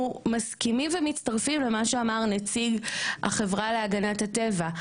אנחנו מסכימים ומצטרפים למה שאמר נציג החברה להגנת הטבע,